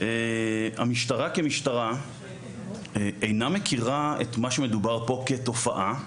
המשטרה כמשטרה אינה מכירה את מה שמדובר פה כתופעה.